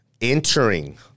entering